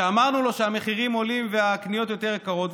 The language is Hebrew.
וכשאמרנו לו שהמחירים עולים והקניות יותר יקרות,